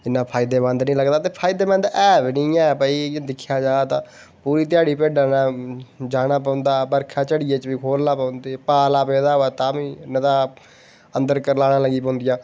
इन्ना फायदेमंद नेईं लगदा ते फायदेमंद ऐ बी नेई ऐ भई इयां दिक्खेआ जा तां पूरी ध्याड़ी भिड्डें कन्नै जाना पौंदा बरखा चड़ेआ च बी खोलने पौंदे पाला पेदा होऐ तां बी नेईं तां अंदर करलाने लगी पौंदियां